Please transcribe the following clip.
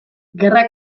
gerra